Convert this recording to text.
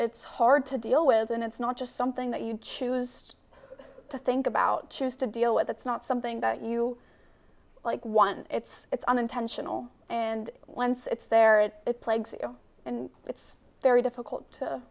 it's hard to deal with and it's not just something that you choose to think about choose to deal with it's not something that you like one it's unintentional and once it's there it plagues you and it's very difficult to